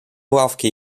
ławki